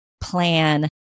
plan